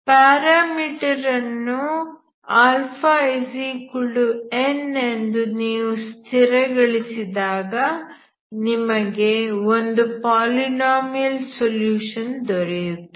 parameter ಅನ್ನು αn ಎಂದು ನೀವು ಸ್ಥಿರಗೊಳಿಸಿದಾಗ ನಿಮಗೆ ಒಂದು ಪಾಲಿನೋಮಿಯಲ್ ಸೊಲ್ಯೂಷನ್ ದೊರೆಯುತ್ತದೆ